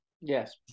Yes